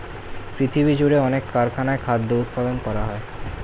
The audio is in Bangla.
পৃথিবীজুড়ে অনেক কারখানায় খাদ্য উৎপাদন করা হয়